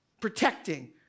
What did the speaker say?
Protecting